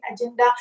agenda